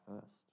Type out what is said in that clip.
first